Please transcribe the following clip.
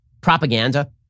propaganda